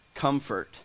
comfort